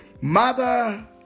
Mother